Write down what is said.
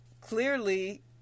clearly